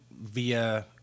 via